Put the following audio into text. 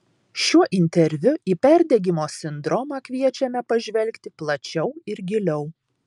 šiuo interviu į perdegimo sindromą kviečiame pažvelgti plačiau ir giliau